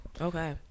Okay